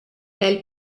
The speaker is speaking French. elle